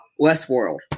Westworld